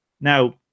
Now